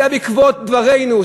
זה היה בעקבות דברינו,